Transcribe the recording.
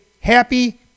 happy